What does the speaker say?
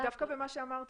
דווקא במה שאמרת,